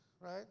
right